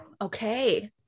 okay